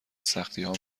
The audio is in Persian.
سختیها